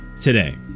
today